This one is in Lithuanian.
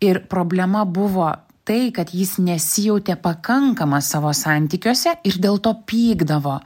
ir problema buvo tai kad jis nesijautė pakankamas savo santykiuose ir dėl to pykdavo